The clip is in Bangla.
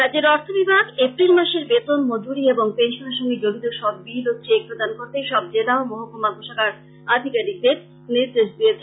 রাজ্যের অর্থ বিভাগ এপ্রিল মাসের বেতন মজুরী ও পেনশনের সংগে জড়িত সব বিল ও চেক প্রদান করতে সব জেলা ও মহকুমা কোষাগার আধিকারিকদের নির্দেশ দিয়েছেন